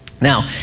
Now